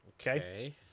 Okay